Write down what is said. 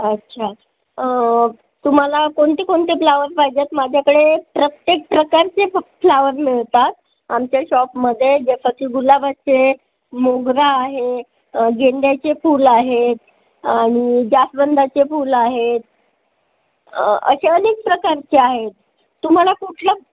अच्छा तुम्हाला कोणते कोणते फ्लावर्स पाहिजे माझ्याकडे प्रत्येक प्रकारचे फु फ्लावर मिळतात आमच्या शॉपमध्ये जसं की गुलाबाचे मोगरा आहे गेंद्याचे फुलं आहेत आणि जास्वंदाचे फुलं आहेत असे अनेक प्रकारचे आहेत तुम्हाला कुठलं